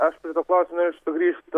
aš prie to klausimo norėčiau sugrįžt